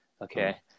okay